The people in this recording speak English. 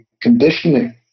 conditioning